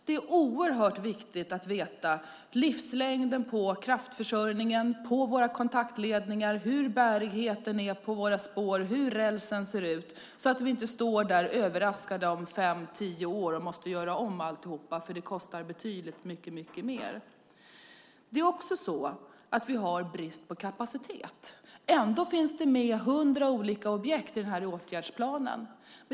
Det är oerhört viktigt att veta livslängden på kraftförsörjningen, på våra kontaktledningar, hur bärigheten är på våra spår och hur rälsen ser ut så att vi inte står där överraskade om fem tio år och måste göra om alltihop, för det kostar betydligt mycket mer. Vi har också brist på kapacitet. Ändå finns det med 100 olika objekt i den här åtgärdsplanen.